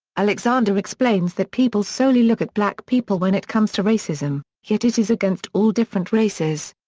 alexander explains that people solely look at black people when it comes to racism, yet it is against all different races.